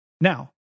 Now